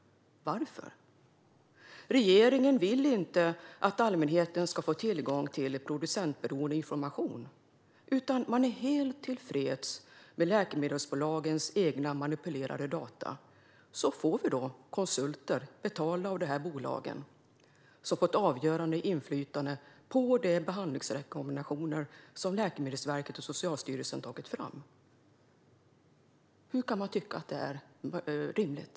Varför? Regeringen vill inte att allmänheten ska få tillgång till producentoberoende information utan är helt tillfreds med läkemedelsbolagens egna manipulerade data. Konsulter betalda av dessa bolag får avgörande inflytande på de behandlingsrekommendationer som Läkemedelsverket och Socialstyrelsen tar fram. Hur kan man tycka att detta är rimligt?